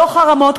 לא חרמות,